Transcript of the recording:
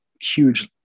huge